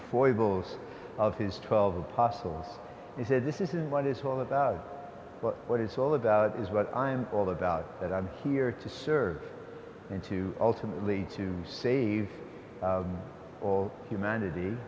foibles of his twelve apostles and said this is what it's all about what it's all about is what i'm all about that i'm here to serve and to ultimately to save all humanity